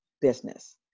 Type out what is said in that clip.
Business